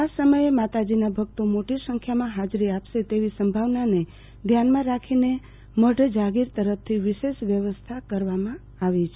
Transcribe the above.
આ સમયે માતાજીનાં ભક્તો મોટી સંખ્યામાં ફાજરી આપશે તેવી સંભાવનાને ધ્યાનમાં રાખીને મઢ જાગીર તરફથી વિશેસ વ્યવસ્થા કરવામાં આવી છે